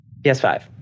PS5